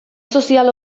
sozial